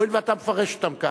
הואיל ואתה מפרש אותם כך.